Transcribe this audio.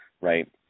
right